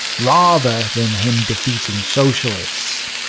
rather than him defeating socialists.